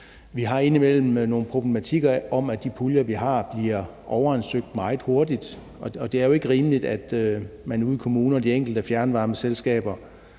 Vi har indimellem nogle problematikker om, at de puljer, vi har, bliver overansøgt meget hurtigt, og det er jo ikke rimeligt, at man ude i kommunerne og de enkelte fjernvarmeselskaber